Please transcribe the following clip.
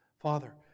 Father